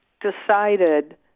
decided